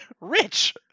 Rich